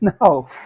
no